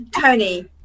Tony